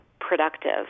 productive